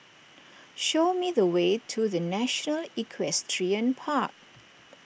show me the way to the National Equestrian Park